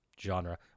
genre